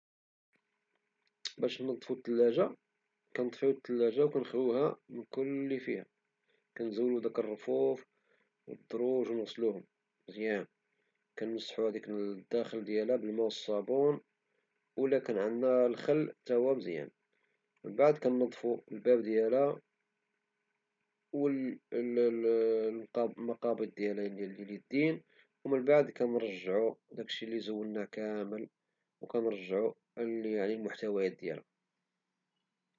باش نغسلو الثلاجة كنطفيوها ونخويوها من كل لي فيها، كنزولو الرفوف والدروج ونغسلوهم مزيان كنمسحو هداك الداخل ديالها بالماء والصابون، وإذا كان عندنا الخل حتى هو مزيان، ومن بعد كنظفو الباب ديالها والمقابض ديالها واليدين ومن بعد كنرجعولها الأجزاء والمحتويات ديالها